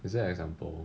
is there a example